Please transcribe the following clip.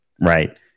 Right